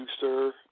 sir